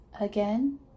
Again